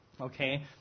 Okay